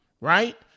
right